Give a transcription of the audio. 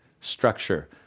structure